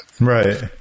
right